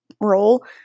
role